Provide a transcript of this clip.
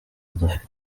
dufite